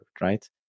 right